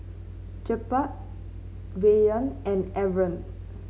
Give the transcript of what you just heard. Jebat Rayyan and Aaron